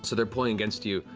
so they're pulling against you.